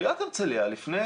עירית הרצליה לפני